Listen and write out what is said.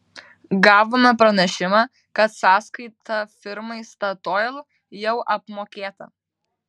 gavome pranešimą kad sąskaita firmai statoil jau apmokėta